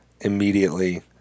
immediately